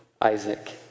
Isaac